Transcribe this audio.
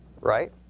right